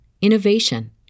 innovation